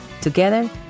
together